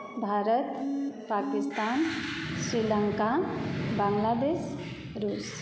भारत पाकिस्तान श्रीलङ्का बांग्लादेश रुस